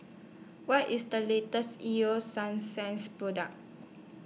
What IS The latest Ego Sunsense Product